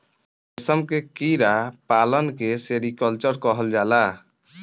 रेशम के कीड़ा पालन के सेरीकल्चर कहल जाला